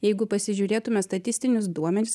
jeigu pasižiūrėtume statistinius duomenis